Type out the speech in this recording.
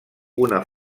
una